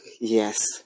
yes